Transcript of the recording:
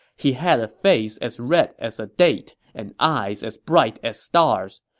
he had a face as red as a date and eyes as bright as stars.